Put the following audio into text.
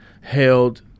held